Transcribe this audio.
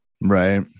Right